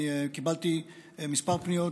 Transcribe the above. אני קיבלתי כמה פניות,